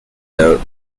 note